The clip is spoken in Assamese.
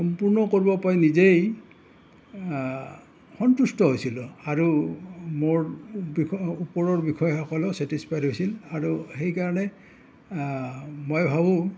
সম্পূৰ্ণ কৰিব পাই নিজেই সন্তুষ্ট হৈছিলোঁ আৰু মোৰ ওপৰৰ বিষয়াসকলে ছেটিচফাইদ হৈছিল আৰু সেইকাৰণে মই ভাবোঁ